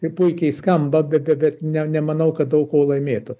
ir puikiai skamba be be bet ne nemanau kad daug ko laimėtų